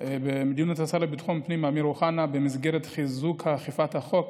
במדיניות השר לביטחון הפנים אמיר אוחנה במסגרת חיזוק אכיפת החוק,